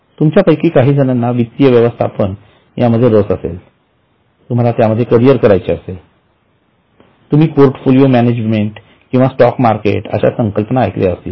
तुमच्यापैकी काही जणांना वित्तीय व्यवस्थापन यामध्ये रस असेल तुम्हाला त्यामध्ये करियर करायचे असेल तुम्ही पोर्टफोलिओ मॅनेजमेंट किंवा स्टॉक मार्केट अशा संकल्पना ऐकल्या असतील